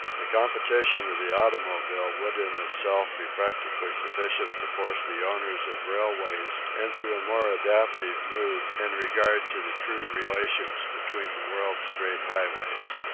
the competition of the automobile would in itself be practically sufficient to force the owners of railways into a more adaptive mood in regard to the true relations between the world's great highways.